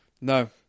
No